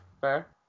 fair